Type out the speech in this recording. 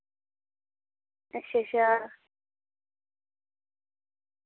अच्छा अच्छा